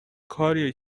کاریه